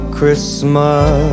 Christmas